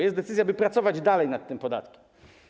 Jest decyzja, by pracować dalej nad tymi podatkami.